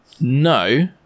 No